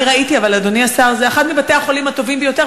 זה אחד מבתי-החולים הטובים ביותר,